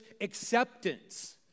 acceptance